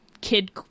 kid